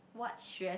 what stress